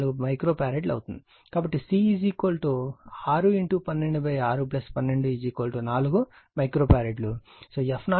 కాబట్టి C 6 126 12 4 micro farad